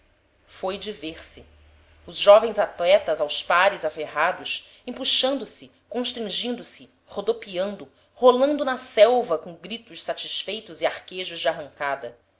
foi de ver-se os jovens atletas aos pares aferrados empuxando se constringindo se rodopiando rolando na relva com gritos satisfeitos e arquejos de arrancada